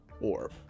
orb